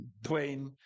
Dwayne